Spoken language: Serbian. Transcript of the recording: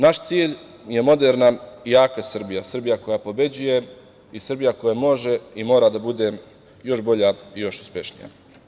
Naš cilj je moderna i jaka Srbija, Srbija koja pobeđuje i Srbija koja može i mora da bude još bolja i još uspešnija.